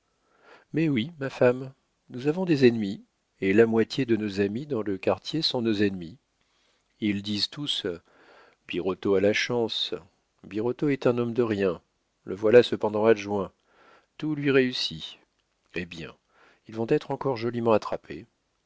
mais oui ma femme nous avons des ennemis et la moitié de nos amis dans le quartier sont nos ennemis ils disent tous birotteau a la chance birotteau est un homme de rien le voilà cependant adjoint tout lui réussit eh bien ils vont être encore joliment attrapés